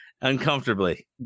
Uncomfortably